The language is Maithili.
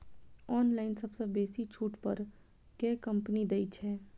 ऑनलाइन सबसँ बेसी छुट पर केँ कंपनी दइ छै?